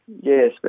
Yes